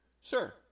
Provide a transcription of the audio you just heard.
Sure